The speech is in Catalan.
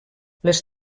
les